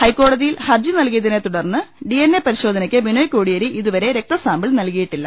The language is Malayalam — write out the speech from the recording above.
ഹൈക്കോടതിയിൽ ഹർജി നൽകിയതിനെ തുടർന്ന് ഡി എൻ എ പരിശോധനയ്ക്ക് ബിനോയ് കോടിയേരി ഇതുവരെ രക്ത സാമ്പിൾ നൽകിയിട്ടില്ല